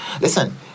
listen